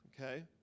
Okay